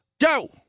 go